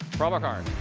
prabhakar.